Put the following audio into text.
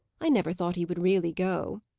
i never thought he would really go.